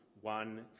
one